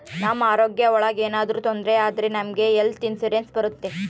ನಮ್ ಆರೋಗ್ಯ ಒಳಗ ಏನಾದ್ರೂ ತೊಂದ್ರೆ ಆದ್ರೆ ನಮ್ಗೆ ಹೆಲ್ತ್ ಇನ್ಸೂರೆನ್ಸ್ ಬರುತ್ತೆ